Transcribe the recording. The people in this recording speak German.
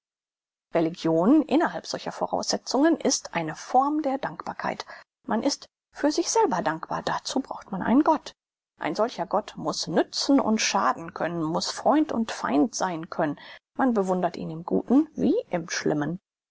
religion innerhalb solcher voraussetzungen ist eine form der dankbarkeit man ist für sich selber dankbar dazu braucht man einen gott ein solcher gott muß nützen und schaden können muß freund und feind sein können man bewundert ihn im guten wie im schlimmen